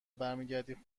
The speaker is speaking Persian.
برمیگردی